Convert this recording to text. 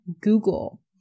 Google